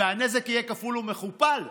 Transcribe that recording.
והנזק יהיה כפול ומכופל,